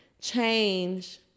change